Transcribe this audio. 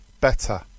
better